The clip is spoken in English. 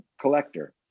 collector